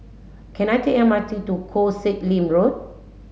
can I take M R T to Koh Sek Lim Road